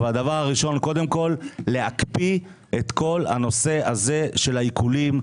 אבל הדבר הראשון קודם כול זה להקפיא את כל הנושא הזה של העיקולים,